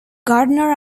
gardener